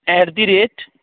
at the rate